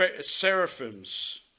seraphims